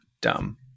dumb